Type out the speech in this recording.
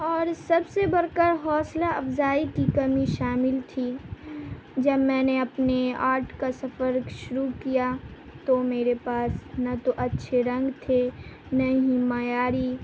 اور سب سے بڑھ کر حوصلہ افزائی کی کمی شامل تھی جب میں نے اپنے آرٹ کا سفر شروع کیا تو میرے پاس نہ تو اچھے رنگ تھے نہ ہی معیاری